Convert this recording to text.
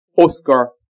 Oscar